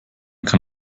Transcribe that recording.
kann